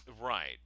Right